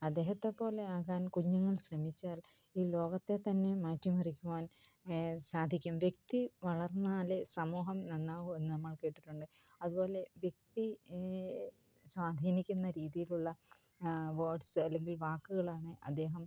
അദ്ദേഹത്തെ പോലെയാകാൻ കുഞ്ഞുങ്ങൾ ശ്രമിച്ചാൽ ഈ ലോകത്തെ തന്നെ മാറ്റിമറിക്കുവാൻ സാധിക്കും വ്യക്തി വളർന്നാലേ സമൂഹം നന്നാവൂ എന്ന് നമ്മൾ കേട്ടിട്ടുണ്ട് അതുപോലെ വ്യക്തി സ്വാധീനിക്കുന്ന രീതിയിലുള്ള വേർഡ്സ് അല്ലെങ്കിൽ വാക്കുകളാണ് അദ്ദേഹം